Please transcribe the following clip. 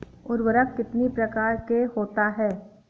उर्वरक कितनी प्रकार के होता हैं?